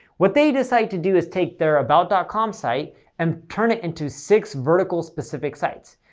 what they decided to do is take their about dot com site and turn it into six vertical specific sites.